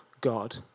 God